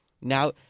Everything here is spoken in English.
Now